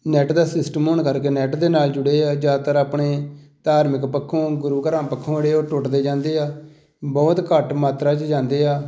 net ਦਾ system ਹੋਣ ਕਰਕੇ ਨੈੱਟ ਦੇ ਨਾਲ਼ ਜੁੜੇ ਆ ਜ਼ਿਆਦਾਤਰ ਆਪਣੇ ਧਾਰਮਿਕ ਪੱਖੋਂ ਗੁਰੂ ਘਰਾਂ ਪੱਖੋਂ ਜਿਹੜੇ ਉਹ ਟੁੱਟਦੇ ਜਾਂਦੇ ਆ ਬਹੁਤ ਘੱਟ ਮਾਤਰਾ 'ਚ ਜਾਂਦੇ ਆ